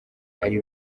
ari